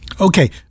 Okay